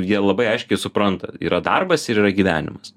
jie labai aiškiai supranta yra darbas ir yra gyvenimas